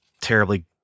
terribly